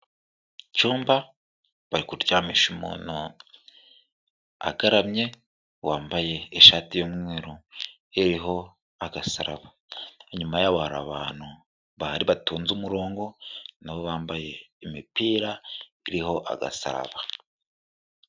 Icyumba bari kuryamisha umuntu agaramye wambaye ishati y'umweru iriho agasaraba, inyuma yabo hari abantu bari batonze umurongo nabo bambaye imipira iriho agasaraba.